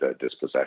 dispossession